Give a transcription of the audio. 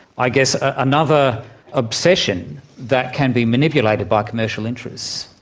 i guess, another obsession that can be manipulated by commercial interests?